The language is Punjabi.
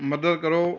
ਮਦਦ ਕਰੋ